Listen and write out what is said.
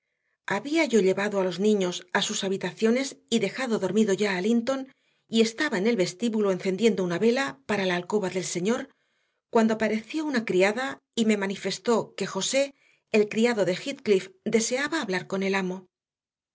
había yo llevado a los niños a sus habitaciones y dejado dormido ya a linton y estaba en el vestíbulo encendiendo una vela para la alcoba del señor cuando apareció una criada y me manifestó que josé el criado de heathcliff deseaba hablar con el amo